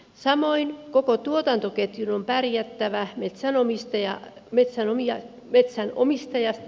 samoin koko tuotantoketjun on pärjättävä metsänomistajasta energialaitokseen asti